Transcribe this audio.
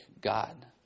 God